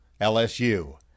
LSU